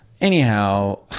anyhow